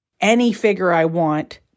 any-figure-I-want